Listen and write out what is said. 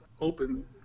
open